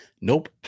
Nope